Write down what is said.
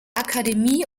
akademie